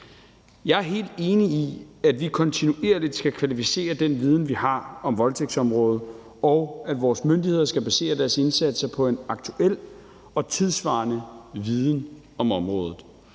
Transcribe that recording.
Jeg er helt enig i, at vi kontinuerligt skal kvalificere den viden, vi har, om voldtægtsområdet, og at vores myndigheder skal basere deres indsatser på en aktuel og tidssvarende viden om området.